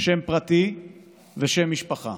שם פרטי ושם משפחה,